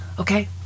Okay